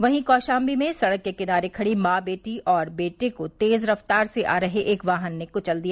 वहीं कौशाम्बी में सड़क के किनारे खड़ी माँ वेटी और बेटे को तेज रफ्तार से आ रहे एक वाहन ने कुचल दिया